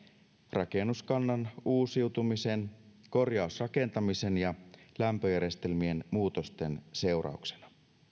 rakennuskannan uusiutumisen korjausrakentamisen ja lämpöjärjestelmien muutosten seurauksena